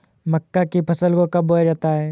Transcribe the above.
मक्का की फसल को कब बोया जाता है?